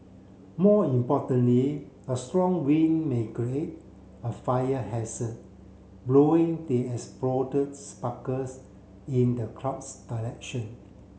more importantly a strong wind may create a fire hazard blowing the exploded sparkles in the crowd's direction